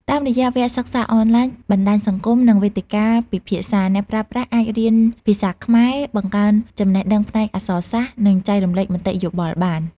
តាមរយៈវគ្គសិក្សាអនឡាញ បណ្តាញសង្គម និងវេទិកាពិភាក្សា អ្នកប្រើប្រាស់អាចរៀនភាសាខ្មែរ បង្កើនចំណេះដឹងផ្នែកអក្សរសាស្ត្រ និងចែករំលែកមតិយោបល់បាន។